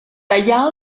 tallar